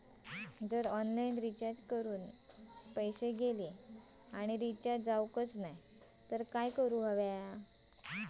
जर online recharge करून पैसे गेले आणि रिचार्ज जावक नाय तर काय करूचा?